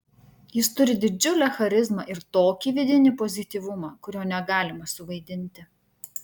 jis turi didžiulę charizmą ir tokį vidinį pozityvumą kurio negalima suvaidinti